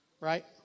right